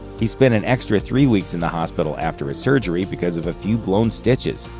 he spent an extra three weeks in the hospital after his surgery because of a few blown stitches,